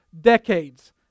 decades